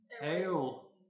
Hail